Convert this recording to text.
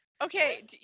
Okay